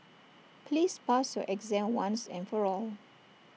please pass your exam once and for all